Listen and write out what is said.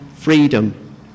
freedom